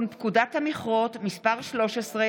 דיונים בהיוועדות חזותית בהשתתפות עצורים,